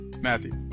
Matthew